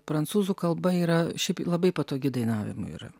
prancūzų kalba yra šiaip labai patogi dainavimui yra